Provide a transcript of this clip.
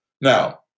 Now